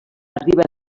arriba